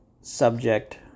subject